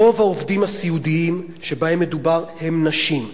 רוב העובדים הסיעודיים שבהם מדובר הם נשים,